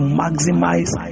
maximize